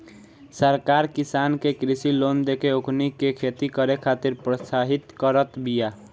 सरकार किसान के कृषि लोन देके ओकनी के खेती करे खातिर प्रोत्साहित करत बिया